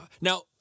Now